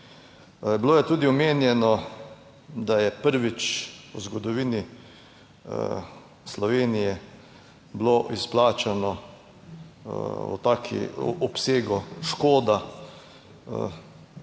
Bilo je tudi omenjeno, da je prvič v zgodovini Slovenije bilo izplačano v takem obsegu, škoda.